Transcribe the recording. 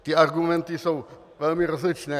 Ty argumenty jsou velmi rozličné.